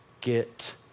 get